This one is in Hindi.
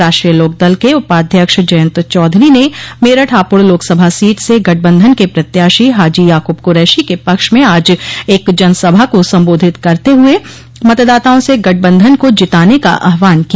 राष्ट्रीय लोकदल के उपाध्यक्ष जयंत चौधरी ने मेरठ हापुड़ लोकसभा सीट से गठबंधन के प्रत्याशी हाजी याकुब कुरैशी के पक्ष में आज एक जनसभा को सम्बोधित करते हुए मतदाताओं से गठबंधन को जिताने का आहवान किया